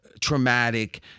traumatic